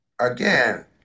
again